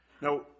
Now